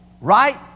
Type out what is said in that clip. Right